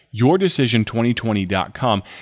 Yourdecision2020.com